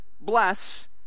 bless